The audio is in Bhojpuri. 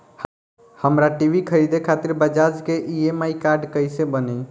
हमरा टी.वी खरीदे खातिर बज़ाज़ के ई.एम.आई कार्ड कईसे बनी?